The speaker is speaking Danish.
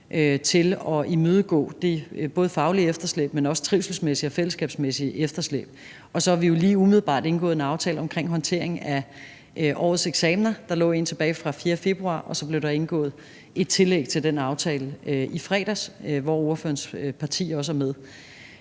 til at imødegå både det faglige efterslæb, men også trivselsmæssige og fællesskabsmæssige efterslæb. Og så har vi jo lige umiddelbart indgået en aftale omkring håndtering af årets eksamener. Der lå en tilbage fra den 4. februar, og der blev så indgået et tillæg til den aftale i fredags, hvor ordførerens parti også er med.